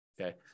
okay